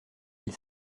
ils